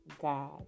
God